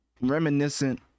reminiscent